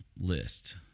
list